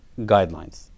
guidelines